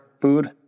food